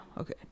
okay